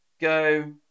go